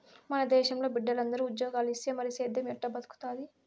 మన దేశంలో బిడ్డలందరూ ఉజ్జోగాలిస్తే మరి సేద్దెం ఎట్టా బతుకుతాది